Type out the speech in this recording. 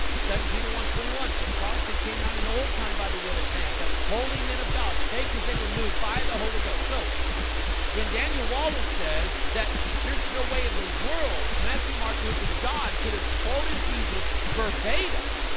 second peter one twenty one for the prophecy came not in old time by the will of man but holy men of god spake as they were moved by the holy ghost, so when daniel wallace says that there's no way in the world matthew mark luke and john could have quoted jesus verbatim